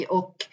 och